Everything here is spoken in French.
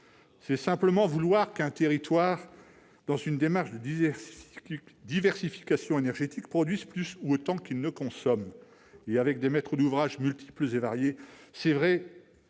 s'agit simplement de souhaiter qu'un territoire, dans une démarche de diversification énergétique, produise plus ou autant que ce qu'il consomme, et ce avec des maîtres d'ouvrage multiples et variés. C'est vrai,